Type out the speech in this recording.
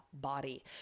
body